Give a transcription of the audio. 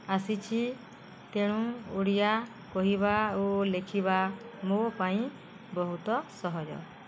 ଆସିଛି ତେଣୁ ଓଡ଼ିଆ କହିବା ଓ ଲେଖିବା ମୋ ପାଇଁ ବହୁତ ସହଜ